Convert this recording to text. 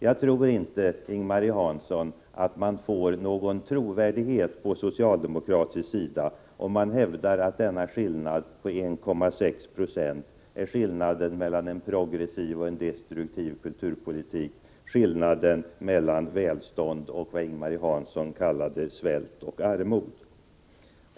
Jag tror inte, Ing-Marie Hansson, att det är trovärdigt om socialdemokraterna hävdar att denna skillnad på 1,6 926 är skillnaden mellan en progressiv och en destruktiv kulturpolitik, skillnaden mellan välstånd och vad Ing-Marie Hansson kallade svält och armod.